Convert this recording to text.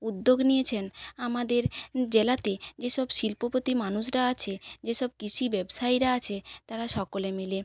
উদ্যোগ নিয়েছেন আমাদের জেলাতে যেসব শিল্পপতি মানুষরা আছে যেসব কৃষি ব্যবসায়ীরা আছে তারা সকলে মিলে